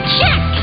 Check